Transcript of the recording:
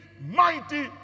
mighty